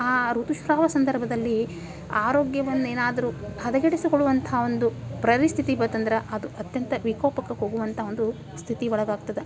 ಆ ಋತುಸ್ರಾವ ಸಂದರ್ಭದಲ್ಲಿ ಆರೋಗ್ಯವನ್ನು ಏನಾದರೂ ಹದಗೆಡಿಸಿಕೊಳ್ಳುವಂಥ ಒಂದು ಪರಿಸ್ಥಿತಿ ಬಂತಂದ್ರೆ ಅದು ಅತ್ಯಂತ ವಿಕೋಪಕ್ಕೆ ಹೋಗುವಂಥ ಒಂದು ಸ್ಥಿತಿ ಒಳಗೆ ಆಗ್ತದೆ